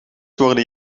worden